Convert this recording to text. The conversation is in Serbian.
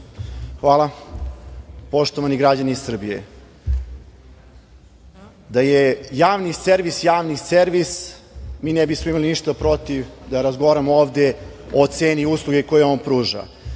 Hvala. Poštovani građani Srbije, da je Javni servis Javni servis mi ne bismo imali ništa protiv da razgovaramo ovde o ceni usluge koje on